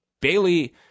Bailey